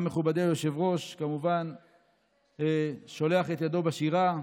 גם מכובדי היושב-ראש כמובן שולח ידו בשירה.